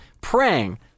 praying